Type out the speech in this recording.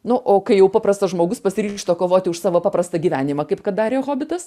nu o kai jau paprastas žmogus pasiryžta kovoti už savo paprastą gyvenimą kaip kad darė hobitas